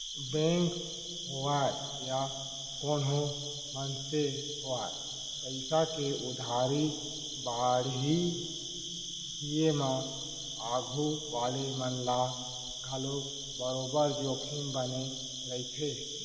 bank होवय या कोनों मनसे होवय पइसा के उधारी बाड़ही दिये म आघू वाले मन ल घलौ बरोबर जोखिम बने रइथे